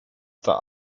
der